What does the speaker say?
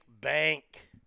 bank